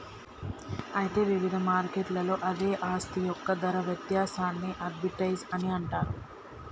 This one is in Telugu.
అయితే వివిధ మార్కెట్లలో అదే ఆస్తి యొక్క ధర వ్యత్యాసాన్ని ఆర్బిటౌజ్ అని అంటారు